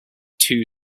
two